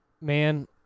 man